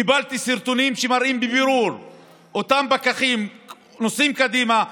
קיבלתי סרטונים שמראים בבירור שאותם פקחים נוסעים קדימה,